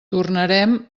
tornarem